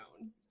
own